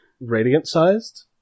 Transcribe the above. radiant-sized